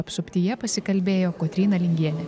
apsuptyje pasikalbėjo kotryna lingienė